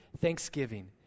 thanksgiving